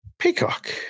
peacock